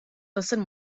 listened